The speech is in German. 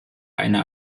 eine